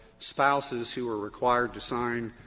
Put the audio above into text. spouses who are required to sign